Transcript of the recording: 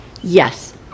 yes